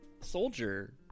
soldier